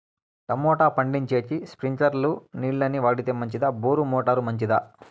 Tomato పండించేకి స్ప్రింక్లర్లు నీళ్ళ ని వాడితే మంచిదా బోరు మోటారు మంచిదా?